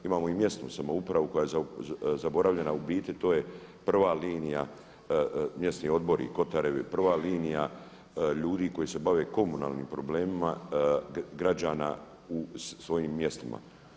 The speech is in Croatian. Imamo i mjesnu samoupravu koja je zaboravljena, u biti to je prva linija, mjesni odbori i kotarevi, prva linija ljudi koji se bave komunalnim problemima građana u svojim mjestima.